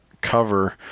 cover